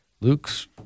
luke's